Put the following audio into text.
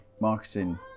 marketing